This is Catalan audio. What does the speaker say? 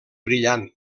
brillant